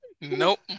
Nope